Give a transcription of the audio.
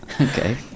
Okay